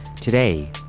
Today